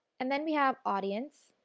and then we have audience.